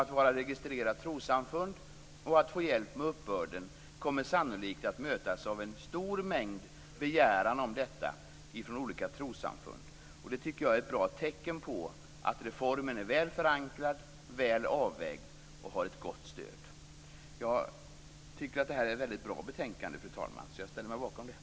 Att registrerade trossamfund kan få hjälp med uppbörden kommer sannolikt att innebära att en stor mängd olika trossamfund kommer att lämna in en begäran om detta. Jag tycker att det är ett bra tecken på att reformen är väl förankrad, väl avvägd och har ett gott stöd. Fru talman! Jag tycker att detta är ett mycket bra betänkande och ställer mig bakom det.